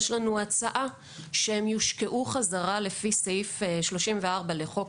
אנחנו מציעים שהם יושקעו בחזרה לפי סעיף 34 לחוק